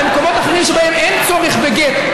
במקומות אחרים שבהם אין צורך בגט,